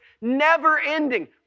never-ending